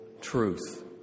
truth